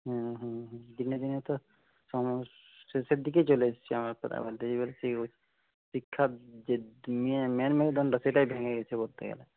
হুম হুম হুম দিনে দিনে তো সমস্ত শেষের দিকেই চলে এসেছি আমরা পুরো যেই বলে সেই বলে শিক্ষা যে দুনিয়ায় ম্যান মেরুদণ্ড সেটাই ভেঙে গেছে বলতে গেলে